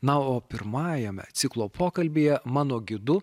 na o pirmajame ciklo pokalbyje mano gidu